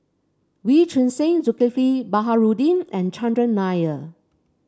Wee Choon Seng Zulkifli Baharudin and Chandran Nair